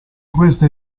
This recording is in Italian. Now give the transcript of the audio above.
queste